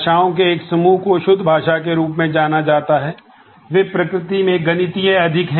भाषाओं के एक समूह को शुद्ध भाषा के रूप में जाना जाता है वे प्रकृति में गणितीय अधिक हैं